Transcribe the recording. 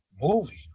movie